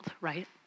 right